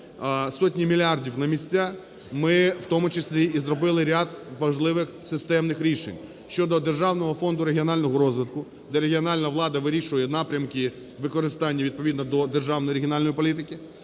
сотні мільярдів на місця, ми, в тому числі і зробили ряд важливих системних рішень щодо Державного фонду регіонального розвитку, де регіональна влада вирішує напрямки використання відповідно до державної регіональної політики.